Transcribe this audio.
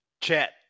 chat